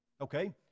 Okay